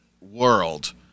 world